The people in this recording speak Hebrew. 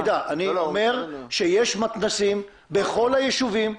אני אומר שיש מתנ"סים בכל היישובים.